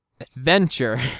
adventure